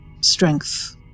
strength